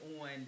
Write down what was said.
on